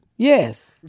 Yes